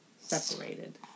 separated